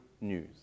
news